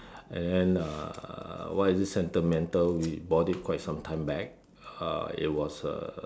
and then uh why is it sentimental we bought it quite some time back uh it was a